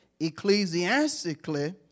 Ecclesiastically